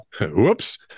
Whoops